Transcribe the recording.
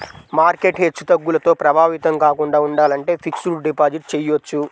market హెచ్చుతగ్గులతో ప్రభావితం కాకుండా ఉండాలంటే ఫిక్స్డ్ డిపాజిట్ చెయ్యొచ్చు